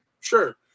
Sure